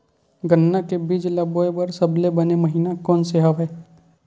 गन्ना के बीज ल बोय बर सबले बने महिना कोन से हवय?